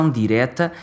direta